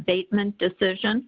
batement decision